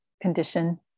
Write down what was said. condition